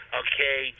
okay